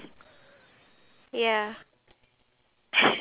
I said non-certified halal